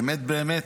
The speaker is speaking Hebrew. באמת באמת,